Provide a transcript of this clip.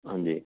ਹਾਂਜੀ